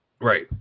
Right